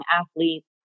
athletes